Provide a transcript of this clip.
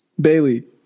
Bailey